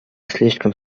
слишком